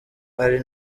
ari